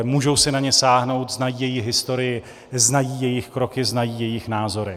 Můžou si na ně sáhnout, znají jejich historii, znají jejich kroky, znají jejich názory.